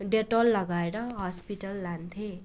Dettol लगाएर hospital लान्थेँ